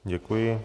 Děkuji.